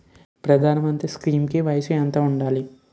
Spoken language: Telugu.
ప్రధాన మంత్రి స్కీమ్స్ కి వయసు ఎంత ఉండాలి?